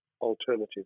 alternative